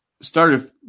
started